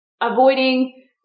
avoiding